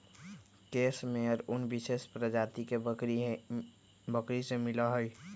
case मेयर उन विशेष प्रजाति के बकरी से मिला हई